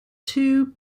two